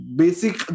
basic